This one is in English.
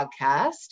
podcast